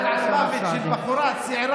כשאני מדבר על מוות של בחורה צעירה,